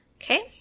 Okay